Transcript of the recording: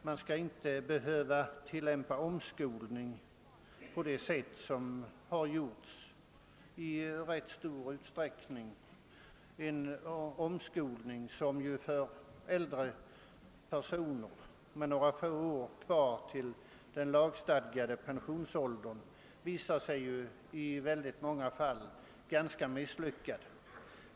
Man skall inte behöva tilllämpa omskolning på det sätt som hittills skett i rätt stor utsträckning — en omskolning som för äldre personer, med några få år kvar till den lagstadgade pensionsåldern, i många fall visat sig ganska misslyckad.